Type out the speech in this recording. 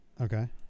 Okay